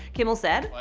kimmel said,